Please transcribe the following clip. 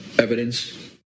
evidence